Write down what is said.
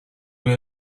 will